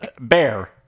bear